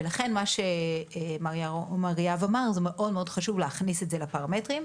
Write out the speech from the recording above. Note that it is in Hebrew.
ולכן מה אריאב אמר זה מאוד מאוד חשוב להכניס את זה לפרמטרים.